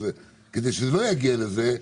כדי שזה לא יגיע לזה,